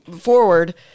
forward